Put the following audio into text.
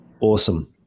Awesome